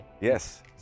Yes